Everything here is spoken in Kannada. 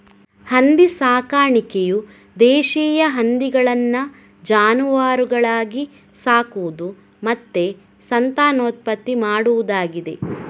ಹಂದಿ ಸಾಕಾಣಿಕೆಯು ದೇಶೀಯ ಹಂದಿಗಳನ್ನ ಜಾನುವಾರುಗಳಾಗಿ ಸಾಕುದು ಮತ್ತೆ ಸಂತಾನೋತ್ಪತ್ತಿ ಮಾಡುದಾಗಿದೆ